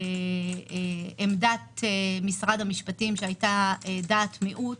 עמדת משרד המשפטים שהיתה עמדת מיעוט,